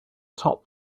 top